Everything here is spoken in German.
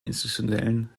institutionellen